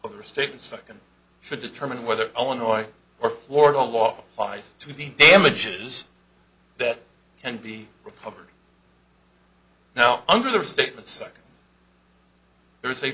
of the state and second should determine whether illinois or florida law applies to the damages that can be recovered now under the statement second there is a